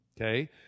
okay